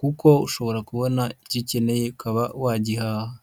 kuko ushobora kubona icyo ukeneye ukaba wagihaha.